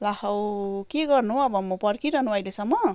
ला हौ के गर्नु हौ अब म पर्खिरहनु अहिलेसम्म